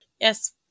Yes